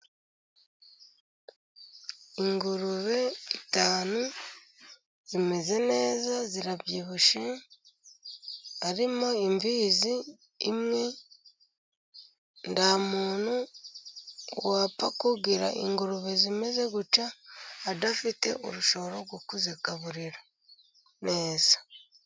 Ingurube itanu zimeze neza, zirabyibushye, harimo imfizi imwe, nta muntu wapfa kugira ingurube zimeze gutya adafite urushoro rwo kuzigaburira neza.